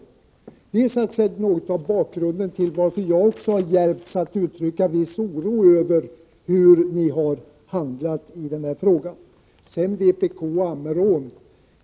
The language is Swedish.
Det är något av bakgrunden till varför också jag djärvts att uttrycka viss oro över hur ni har handlat i denna fråga. Sedan till frågan om Ammerån.